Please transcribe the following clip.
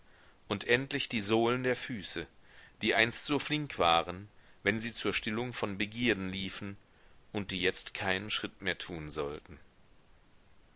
und endlich die sohlen der füße die einst so flink waren wenn sie zur stillung von begierden liefen und die jetzt keinen schritt mehr tun sollten